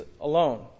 alone